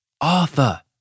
Arthur